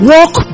Walk